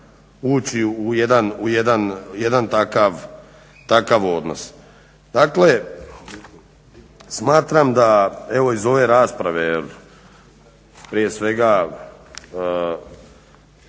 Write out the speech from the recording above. ući u jedan takav odnos. Dakle, smatram da evo iz ove rasprave prije svega